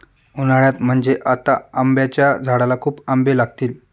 उन्हाळ्यात म्हणजे आता आंब्याच्या झाडाला खूप आंबे लागतील